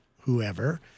whoever